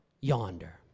yonder